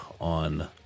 on –